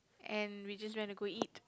and we just went to go eat